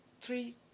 three